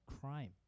crime